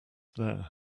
there